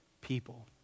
people